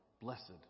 blessed